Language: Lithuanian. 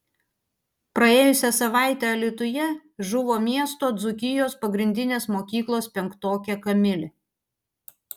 praėjusią savaitę alytuje žuvo miesto dzūkijos pagrindinės mokyklos penktokė kamilė